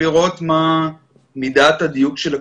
לראות מה מידת הדיוק של הכלי.